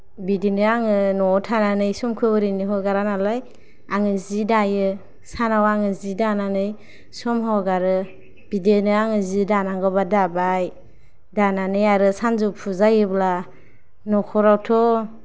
बिदिनो आङो न'वाव थानानै समखौ ओरैनो हगारा नालाय आङो जि दायो सानाव आङो जि दानानै सम हगारो बिदिनो आङो जि दानांगौ बा जि दाबाय दानानै आरो सानजौफु जायोब्ला नखरावथ'